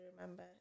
remember